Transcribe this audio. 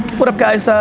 what up guys? ah,